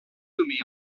nommé